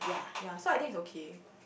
ya so I think it's okay